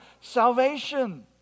salvation